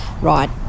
right